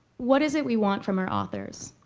what is it we want from our authors?